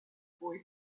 boy